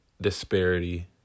disparity